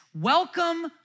Welcome